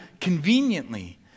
conveniently